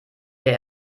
der